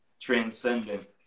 transcendent